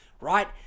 right